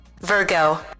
Virgo